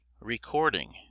Recording